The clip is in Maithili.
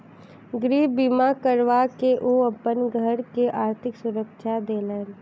गृह बीमा करबा के ओ अपन घर के आर्थिक सुरक्षा देलैन